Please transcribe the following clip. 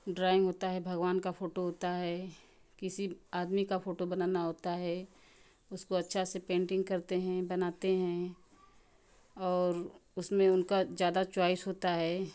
drawing होता है भगवान का फ़ोटो होता है किसी आदमी का फ़ोटो बनाना होता है उसको अच्छा से पेंटिंग करते हैं बनाते हैं और उसमें उनका ज़्यादा चॉइश होता है